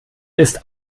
ist